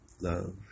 love